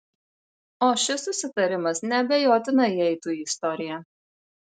o šis susitarimas neabejotinai įeitų į istoriją